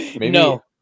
No